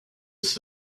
this